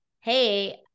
hey